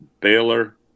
Baylor